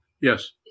Yes